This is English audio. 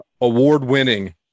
award-winning